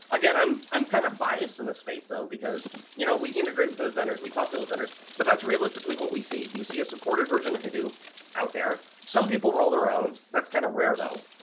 again, i'm i'm kind of biased in the space, though, because you know we integrate with those vendors wwe talk to those vendors, but that's realistically what we see. you see a supported version of hadoop out there, some people roll their own, that's kind of rare though,